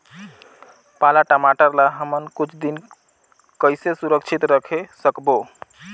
पाला टमाटर ला हमन कुछ दिन कइसे सुरक्षित रखे सकबो?